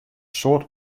soad